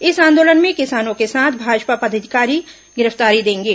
इस आंदोलन में किसानों के साथ भाजपा पदाधिकारी गिरफ्तारी देंगे